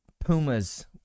pumas